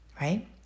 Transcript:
right